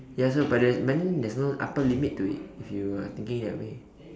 ya so but there but then there's no upper limit to it if you are thinking that way